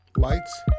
Lights